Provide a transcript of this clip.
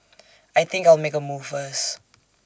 I think I'll make A move first